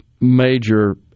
major